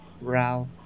Ralph